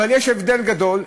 אבל יש הבדל גדול,